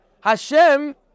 Hashem